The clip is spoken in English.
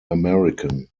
american